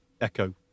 Echo